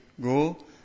go